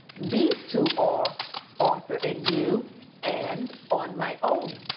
these two are author and you and on my own.